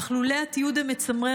אך לולא התיעוד המצמרר,